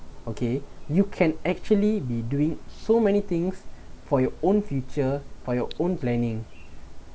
okay you can actually be doing so many things for your own future for your own planning